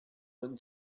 when